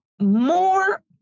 more